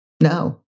no